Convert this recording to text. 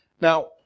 Now